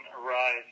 arise